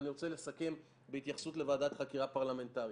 אני רוצה לסכם בהתייחסות לוועדת חקירה פרלמנטרית.